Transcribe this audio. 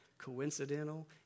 coincidental